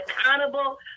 accountable